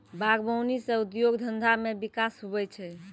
बागवानी से उद्योग धंधा मे बिकास हुवै छै